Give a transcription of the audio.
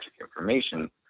information